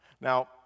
Now